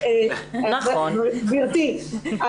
גברתי,